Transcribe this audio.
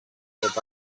bunch